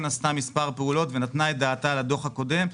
עשתה מספר פעולות ונתנה את דעתה לדוח הקודם.